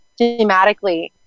thematically